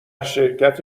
شرکت